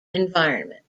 environment